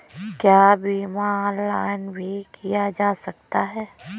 क्या बीमा ऑनलाइन भी किया जा सकता है?